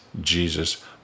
Jesus